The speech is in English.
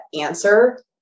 answer